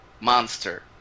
monster